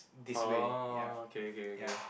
oh K K K